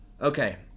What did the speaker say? Okay